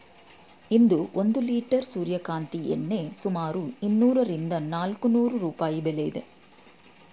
ಇಂದು ಒಂದು ಲಿಟರ್ ಸೂರ್ಯಕಾಂತಿ ಎಣ್ಣೆ ಸುಮಾರು ಇನ್ನೂರರಿಂದ ನಾಲ್ಕುನೂರು ರೂಪಾಯಿ ಬೆಲೆ ಇದೆ